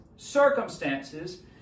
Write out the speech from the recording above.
circumstances